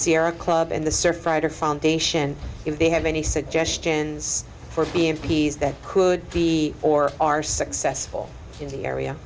sierra club and the surf rider foundation if they have any suggestions for being p s that could be or are successful in the area